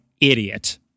idiot